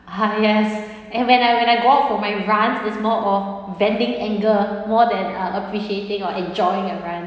ha yes and when I when I go out for my runs is more of venting anger more than uh appreciating or enjoying a run